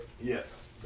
Yes